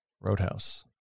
Roadhouse